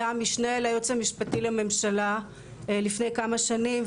היה המשנה ליועץ המשפטי לממשלה לפני כמה שנים,